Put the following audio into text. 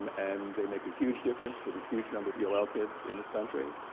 um and they make a huge difference for the huge number of you know ah kids in this country.